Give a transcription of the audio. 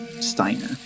Steiner